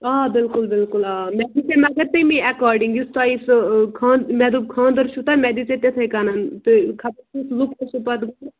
آ بِلکُل بِلکُل آ مےٚ دِژے مگر تیٚمی ایٚکارڑِنٛگ یُس تۄہہِ سُہ خان مےٚ دوٚپ خانٛدَر چھُو تۄہہِ مےٚ دِژے تِتھٕے کٔنۍ تہٕ خبر کٮُ۪تھ لُک اوسوٕ پَتہٕ گوٚمُت